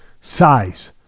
Size